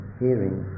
hearing